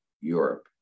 Europe